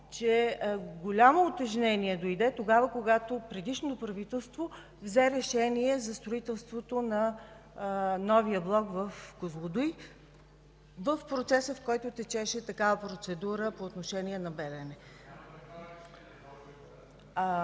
че голямото утежнение дойде, когато предишното правителство взе решение за строителството на новия блок в Козлодуй в процеса, в който течеше такава процедура по отношение на